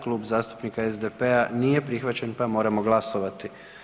Klub zastupnika SDP-a nije prihvaćen, pa moramo glasovati.